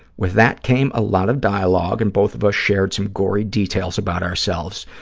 with that came a lot of dialogue and both of us shared some gory details about ourselves,